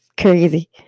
Crazy